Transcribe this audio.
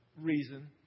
reason